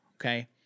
okay